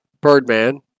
Birdman